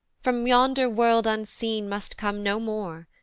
from yonder world unseen must come no more,